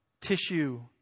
tissue